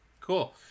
cool